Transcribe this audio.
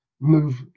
move